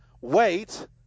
Wait